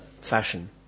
fashion